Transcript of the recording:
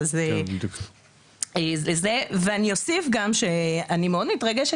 אני אוסיף גם שאני מאוד מתרגשת,